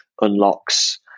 unlocks